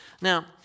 Now